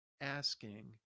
asking